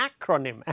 acronym